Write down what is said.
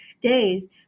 days